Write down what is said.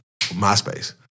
MySpace